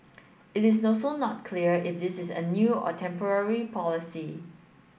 it is also not clear if this is a new or temporary policy